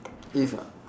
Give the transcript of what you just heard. if ah